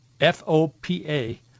F-O-P-A